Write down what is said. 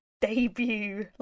debut